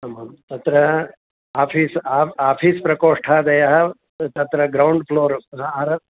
आम् आम् तत्र आफ़ीस् आ आफ़ीस् प्रकोष्ठादयः तत्र ग्रौण्ड् फ़्लोर् आरात्